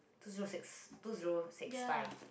two zero six two zero six five